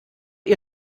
ihr